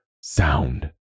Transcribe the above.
sound